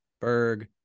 Berg